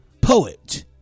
Poet